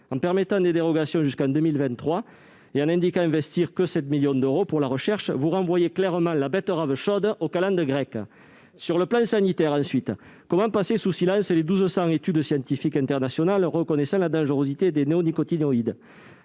En permettant des dérogations jusqu'en 2023 et en indiquant investir seulement 7 millions d'euros dans la recherche, vous renvoyez clairement la « betterave chaude » aux calendes grecques ... Sur le plan sanitaire, comment passer sous silence les quelque 1 200 études scientifiques internationales reconnaissant la dangerosité des néonicotinoïdes.